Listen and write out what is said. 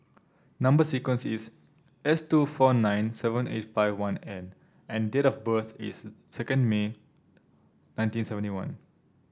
number sequence is S two four nine seven eight five one N and date of birth is second May nineteen seventy one